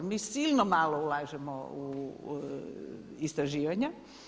Mi silno malo ulažemo u istraživanja.